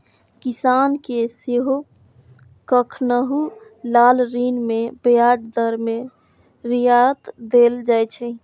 किसान कें सेहो कखनहुं काल ऋण मे ब्याज दर मे रियायत देल जाइ छै